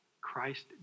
Christ